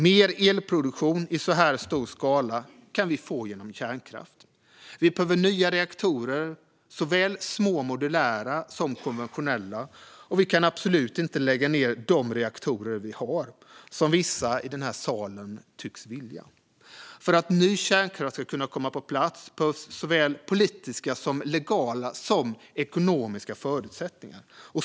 Mer elproduktion i så här stor skala kan vi få genom kärnkraft. Vi behöver nya reaktorer, såväl små modulära som konventionella. Och vi kan absolut inte lägga ned de reaktorer vi har, som vissa i den här salen tycks vilja. För att ny kärnkraft ska kunna komma på plats behövs såväl politiska som juridiska som ekonomiska förutsättningar.